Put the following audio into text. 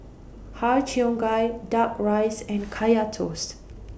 Har Cheong Gai Duck Rice and Kaya Toast